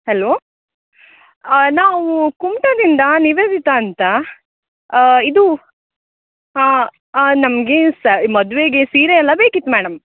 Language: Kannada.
ಹಲೋ ಹಾಂ ನಾವೂ ಕುಮಟಾದಿಂದ ನಿವೇದಿತ ಅಂತ ಇದು ಹಾಂ ಹಾಂ ನಮಗೆ ಸಹ ಮದುವೆಗೆ ಸೀರೆ ಎಲ್ಲ ಬೇಕಿತ್ತು ಮೇಡಮ್